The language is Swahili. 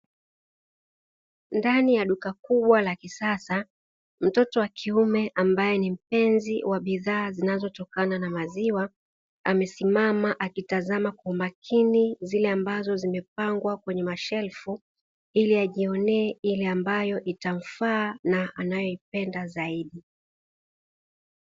Ndani ya duka kubwa la kisasa, mtoto wa kiume ambaye ni mpenzi wa bidhaa zinazotokana na maziwa, amesimama akitazama kwa umakini zile ambazo zimepangwa kwenye shelfu ili ajionee ile ambayo itamfaa na anayoipenda zaidi.